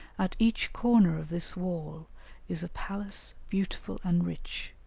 at each corner of this wall is a palace beautiful and rich,